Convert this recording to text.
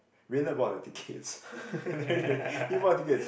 Rayna bought the tickets really he bought tickets